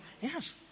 Yes